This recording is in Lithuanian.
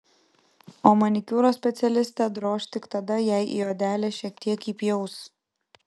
o manikiūro specialistę droš tik tada jei į odelę šiek tiek įpjaus